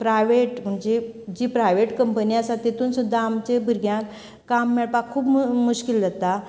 private हाजी जी private company आसता तेतून सुद्दां आमच्या भुरग्यांक काम मेळपाक खूब मुश्किल जाता